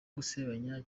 gusebanya